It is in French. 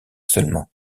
seulement